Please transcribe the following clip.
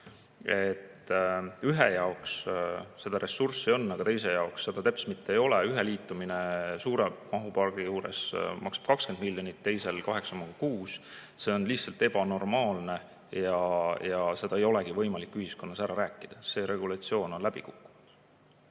ühe jaoks seda ressurssi on, aga teise jaoks seda teps mitte ei ole, ühe liitumine suure mahupargi juures maksab 20 miljonit, teisel 8,6 – see on lihtsalt ebanormaalne ja seda ei olegi võimalik ühiskonnas selgeks rääkida. See regulatsioon on läbi kukkunud.